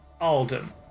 Alden